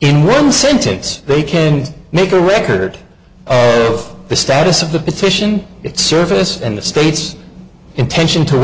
in one sentence they can make a record of the status of the petition its service and the state's intention to